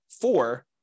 four